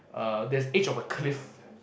there's edge of a cliff